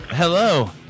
Hello